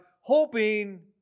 hoping